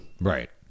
Right